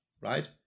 right